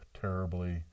terribly